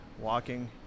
walking